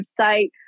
website